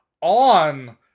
on